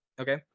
Okay